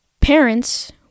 parents